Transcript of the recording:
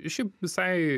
šiaip visai